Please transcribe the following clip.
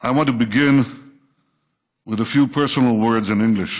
I want to begin with a few personal words in English.